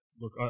Look